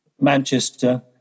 Manchester